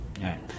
right